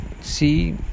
see